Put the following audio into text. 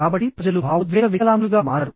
కాబట్టి ప్రజలు భావోద్వేగ వికలాంగులుగా మారారు